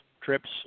trips